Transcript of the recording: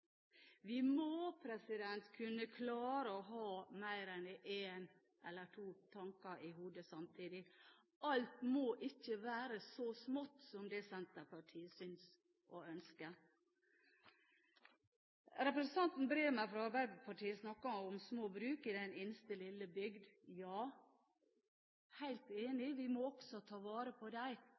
Vi må kunne klare å ha mer enn én eller to tanker i hodet samtidig. Alt må ikke være så smått som det Senterpartiet syns å ønske. Representanten Bremer fra Arbeiderpartiet snakket om små bruk i den innerste lille bygd. Ja, jeg er helt enig: Vi må også ta vare på